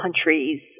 countries